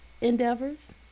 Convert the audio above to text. endeavors